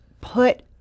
put